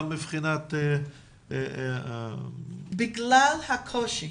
גם מבחינת --- בגלל הקושי